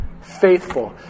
faithful